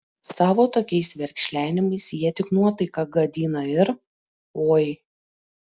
savo tokiais verkšlenimais jie tik nuotaiką gadina ir oi